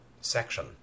section